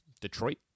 Detroit